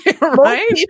right